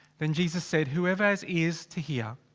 then jesus said, whoever has ears to hear,